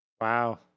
Wow